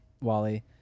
Wally